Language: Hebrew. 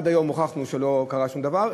עד היום הוכחנו שלא קרה שום דבר,